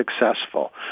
successful